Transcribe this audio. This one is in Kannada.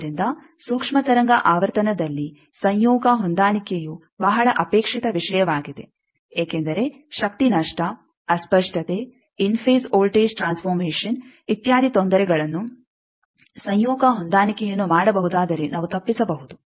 ಆದ್ದರಿಂದ ಸೂಕ್ಷ್ಮ ತರಂಗ ಆವರ್ತನದಲ್ಲಿ ಸಂಯೋಗ ಹೊಂದಾಣಿಕೆಯು ಬಹಳ ಅಪೇಕ್ಷಿತ ವಿಷಯವಾಗಿದೆ ಏಕೆಂದರೆ ಶಕ್ತಿ ನಷ್ಟ ಅಸ್ಪಷ್ಟತೆ ಇನ್ ಫೇಜ್ ವೋಲ್ಟೇಜ್ ಟ್ರಾನ್ಸ್ಫರ್ಮೇಷನ್ ಇತ್ಯಾದಿ ತೊಂದರೆಗಳನ್ನು ಸಂಯೋಗ ಹೊಂದಾಣಿಕೆಯನ್ನು ಮಾಡಬಹುದಾದರೆ ನಾವು ತಪ್ಪಿಸಬಹುದು